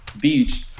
Beach